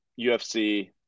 UFC